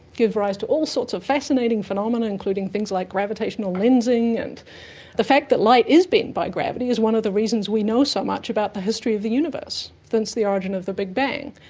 give rise to all sorts of fascinating phenomena including things like gravitational lensing. and the fact that light is bent by gravity is one of the reasons we know so much about the history of the universe since the origin of the big bang.